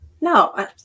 No